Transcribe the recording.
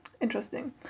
interesting